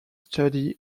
study